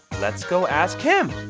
let's go ask him!